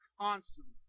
constantly